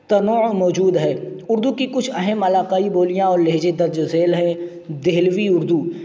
تنوع موجود ہے اردو کی کچھ اہم علاقائی بولیاں اور لہجے درج ذیل ہیں دہلوی اردو